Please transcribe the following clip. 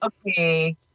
okay